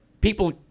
people